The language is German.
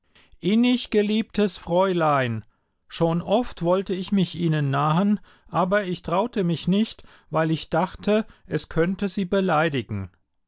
inniggeliebtes fräulein schon oft wollte ich mich ihnen nahen aber ich traute mich nicht weil ich dachte es könnte sie beleidigen